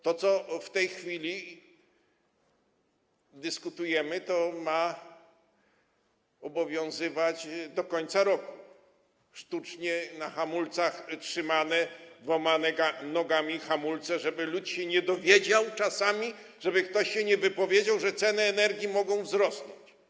To, o czym w tej chwili dyskutujemy, ma obowiązywać do końca roku, sztucznie, na hamulcach - trzymane dwiema nogami hamulce, żeby lud się nie dowiedział czasami, żeby ktoś się nie wypowiedział, że ceny energii mogą wzrosnąć.